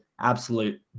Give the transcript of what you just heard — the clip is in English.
absolute